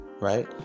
Right